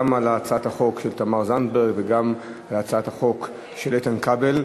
גם על הצעת החוק של תמר זנדברג וגם על הצעת החוק של איתן כבל.